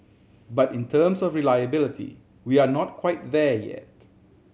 but in terms of reliability we are not quite there yet